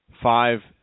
five